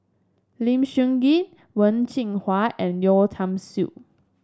Lim Sun Gee Wen Jinhua and Yeo Tiam Siew